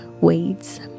weeds